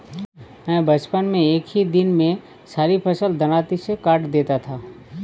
मैं बचपन में एक ही दिन में सारी फसल दरांती से काट देता था